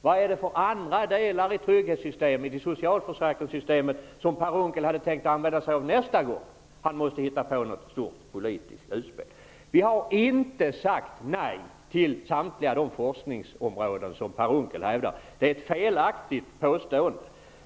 Vilka andra delar i trygghetssystemet, i socialförsäkringssystemet, har Per Unckel tänkt använda sig av nästa gång som han måste hitta på något stort politiskt utspel? Vi har inte sagt nej till samtliga forskningsinsatser, som Per Unckel hävdar -- det är ett felaktigt påstående.